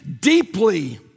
deeply